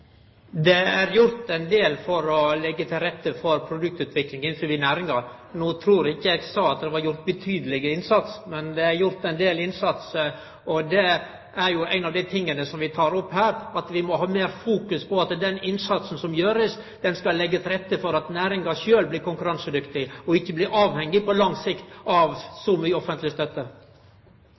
Det er gjort en del for å leggje til rette for produktutvikling innanfor næringa. No trur eg ikkje eg sa at det var gjort ein betydeleg innsats, men det er gjort ein del innsats, og det er noko av det vi tek opp her at vi må ha meir fokus på at den innsatsen som blir gjord, skal leggje til rette for at næringa sjølv blir konkurransedyktig og ikkje blir avhengig på lang sikt av så mykje offentleg støtte.